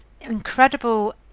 incredible